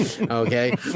Okay